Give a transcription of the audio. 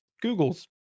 Google's